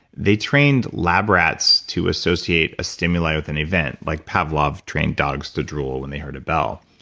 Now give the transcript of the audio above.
they trained lab rats to associate a stimuli with an event, like pavlov trained dogs to drool when they heard a bell.